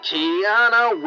Kiana